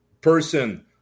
person